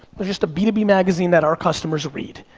there's just a b two b magazine that our customers read.